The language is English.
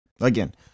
Again